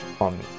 on